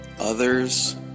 others